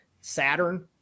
Saturn